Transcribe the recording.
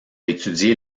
étudié